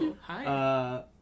Hi